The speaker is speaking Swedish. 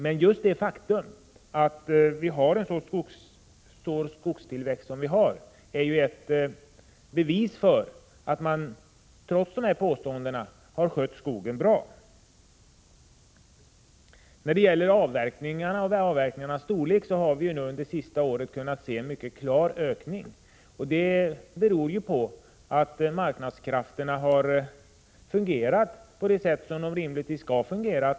Men just det faktum att vi har en så stor skogstillväxt är ju ett bevis för att man trots dessa påståenden har skött skogen bra. När det gäller avverkningarna och deras storlek har vi under det senaste 35 Prot. 1986/87:124 året kunnat se en mycket klar ökning. Det beror på att marknadskrafterna har fungerat som de rimligtvis skall fungera.